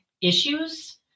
issues